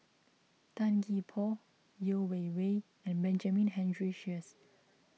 Tan Gee Paw Yeo Wei Wei and Benjamin Henry Sheares